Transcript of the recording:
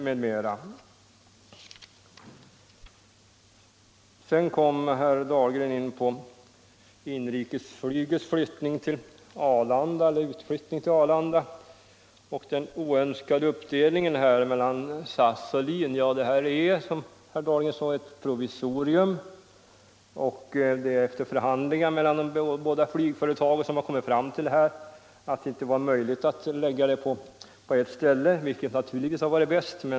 Vidare kom herr Dahlgren in på inrikesflygets utflyttning till Arlanda och den oönskade uppdelningen mellan SAS och LIN. Ja, det är, som herr Dahlgren sade, fråga om ett provisorium, och man har efter förhandlingar mellan de båda flygföretagen kommit fram till att det inte var möjligt att skapa en gemensam terminalanläggning, vilket naturligtvis hade varit bäst.